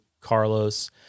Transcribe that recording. Carlos